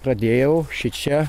pradėjau šičia